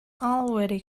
already